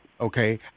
okay